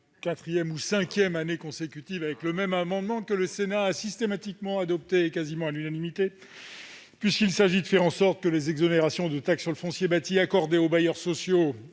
pour la cinquième année consécutive, avec le même amendement, que le Sénat a systématiquement adopté, à la quasi-unanimité ! Il s'agit de faire en sorte que les exonérations de taxe sur le foncier bâti accordées aux bailleurs sociaux